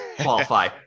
qualify